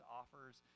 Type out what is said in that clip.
offers